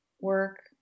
work